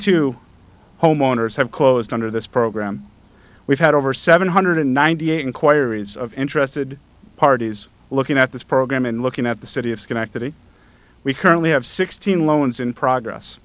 two homeowners have closed under this program we've had over seven hundred ninety eight inquiries of interested parties looking at this program and looking at the city of schenectady we currently have sixteen loans in progress